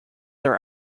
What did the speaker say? are